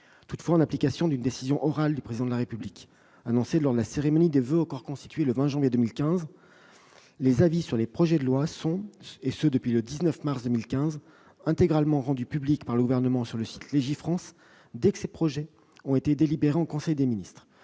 Toutefois, en application d'une décision orale du Président de la République annoncée le 20 janvier 2015 lors de la cérémonie des voeux aux corps constitués, les avis sur les projets de loi sont, depuis le 19 mars 2015, intégralement rendus publics par le Gouvernement sur le site Légifrance dès que ces textes ont été délibérés en conseil des ministres.